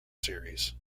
series